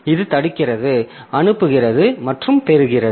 இது தடுக்கிறது அனுப்புகிறது மற்றும் பெறுகிறது